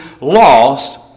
lost